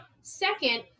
Second